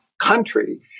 country